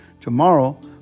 tomorrow